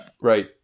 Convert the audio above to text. Right